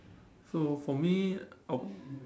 so for me I would